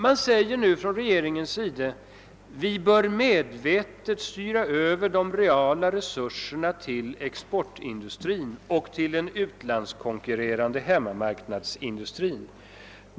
Man säger i regeringen att vi medvetet bör styra över de reala resurserna till exportindustrin och till den utlandskonkurrerande hemmamarknadsindustrin.